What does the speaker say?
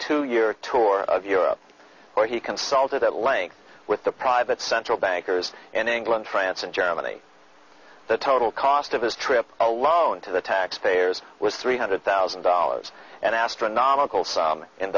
two year tour of europe where he consulted at length with the private central bankers in england france and germany the total cost of his trip alone to the taxpayers was three hundred thousand dollars an astronomical sum in